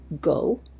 go